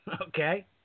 okay